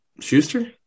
Schuster